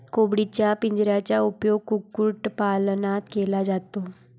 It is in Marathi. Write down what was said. कोंबडीच्या पिंजऱ्याचा उपयोग कुक्कुटपालनात केला जातो